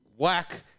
Whack